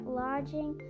lodging